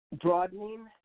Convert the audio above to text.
broadening